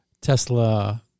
Tesla